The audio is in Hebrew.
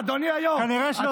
למה אתה מפריע?